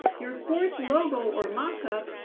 your course logo or mockup,